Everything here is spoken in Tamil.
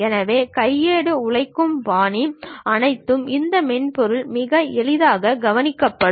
எனவே கையேடு உழைக்கும் பணி அனைத்தும் இந்த மென்பொருளால் மிக எளிதாக கவனிக்கப்படும்